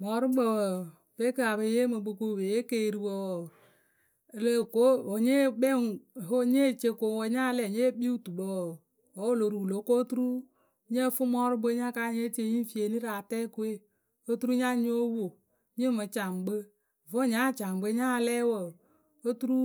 Mɔrʊkpǝ wǝǝ pe ka pe yee mǝ kpǝ kɨ wǝ pe yee keeriwǝ wǝǝ, ǝ loh ko wǝ́ nya kpɛŋ nye ce koŋwǝ nya lɛ wǝ́ nye kpii wǝtukpǝ wǝǝ, wǝ́ wǝ lo ruu wǝ lo ko oturu oturu nyǝ fǝ mɔrʊkpǝ we nya ka ya nyée tie nyǝŋ fieeni rǝ atɛɛkǝ we. oturu nya nyóo wo nyǝ mǝ caŋ kpǝ. Voŋ nya caŋ kpǝ nya lɛ wǝǝ, oturu